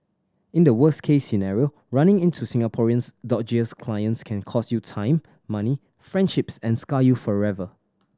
in the worst case scenario running into Singapore's dodgiest clients can cost you time money friendships and scar you forever